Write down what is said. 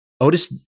Otis